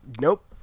Nope